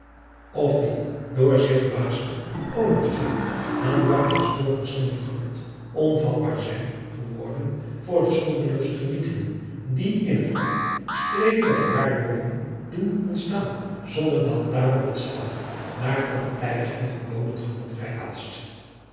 of die door zich dwaasselijk over te geven aan buitensporig zinneadriaan loosjes pzn het leven van hillegonda buisman lijk genot onvatbaar zijn geworden voor de schuldelooze genietingen die in het hart streelende gewaarwordingen doen ontstaan zonder dat daarom hetzelve naar ontijdig en verboden genot